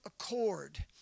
accord